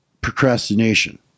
procrastination